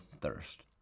thirst